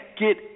get